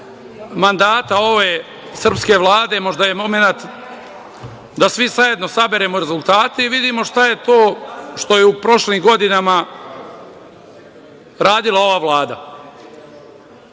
mandata ove srpske Vlade, možda je momenat da svi zajedno saberemo rezultate i vidimo šta je to što je u prošlim godinama radila ova Vlada. Čuli